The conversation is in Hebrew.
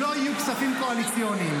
לא יהיו כספים קואליציוניים.